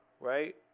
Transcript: right